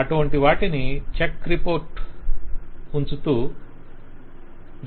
అటువంటివాటిని check report ఉంచుతూ